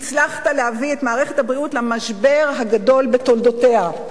הצלחת להביא את מערכת הבריאות למשבר הגדול בתולדותיה.